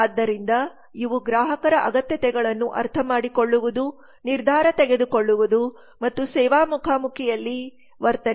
ಆದ್ದರಿಂದ ಇವು ಗ್ರಾಹಕರ ಅಗತ್ಯತೆಗಳನ್ನು ಅರ್ಥಮಾಡಿಕೊಳ್ಳುವುದು ನಿರ್ಧಾರ ತೆಗೆದುಕೊಳ್ಳುವುದು ಮತ್ತು ಸೇವಾ ಮುಖಾಮುಖಿಯಲ್ಲಿ ವರ್ತನೆ